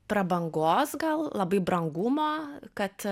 prabangos gal labai brangumą kad